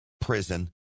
prison